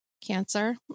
cancer